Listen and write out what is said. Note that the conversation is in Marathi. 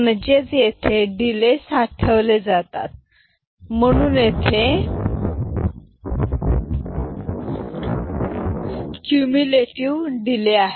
म्हणजे इथे डिले साठवले जातात म्हणून येथे क्यू लेट डिले आहे